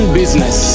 business